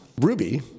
Ruby